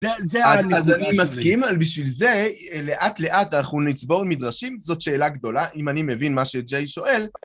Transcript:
אז אני מסכים על בשביל זה, לאט לאט אנחנו נצבור מדרשים, זאת שאלה גדולה, אם אני מבין מה שג'יי שואל.